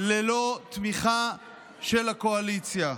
ללא תמיכה של הקואליציה.